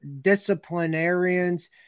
disciplinarians